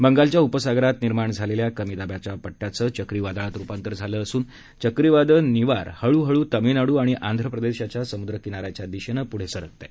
बंगालच्या उपसागरात निर्माण झालेल्या कमी दाबाच्या पट्टयाचं चक्रीवादळात रुपांतर झालं असून चक्रीवादळ निवार हळूहळू तामिळनाडू आणि आंध्रप्रदेशच्या समुद्र किनाऱ्यावरच्या दिशेनं पुढे सरकत आहे